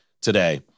today